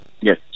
Yes